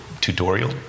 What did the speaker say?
tutorial